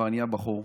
כבר נהיה בחור,